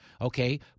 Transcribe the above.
Okay